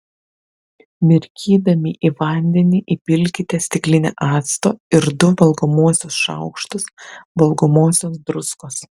mirkydami į vandenį įpilkite stiklinę acto ir du valgomuosius šaukštus valgomosios druskos